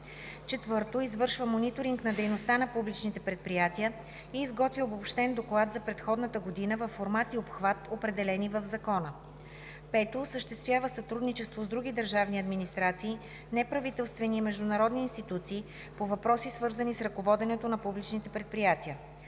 4. извършва мониторинг на дейността на публичните предприятия и изготвя обобщен доклад за предходната година във формат и обхват, определени в закона; 5. осъществява сътрудничество с други държавни администрации, неправителствени и международни институции по въпроси, свързани с ръководенето на публичните предприятия;